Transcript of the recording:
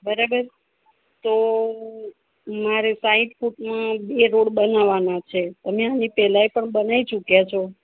બરાબર તો મારે સાઠ ફૂટમાં બે રોડ બનાવવાના છે તમે આની પેલાય પણ બનાવી ચૂક્યા છો